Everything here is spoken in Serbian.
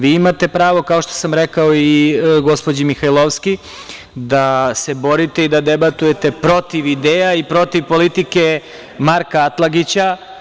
Vi imate pravo, kao što sam rekao i gospođi Mihajlovski, da se borite i da debatujete protiv ideja i protiv politike Marka Atlagića.